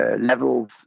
levels